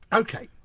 ok,